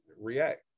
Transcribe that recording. react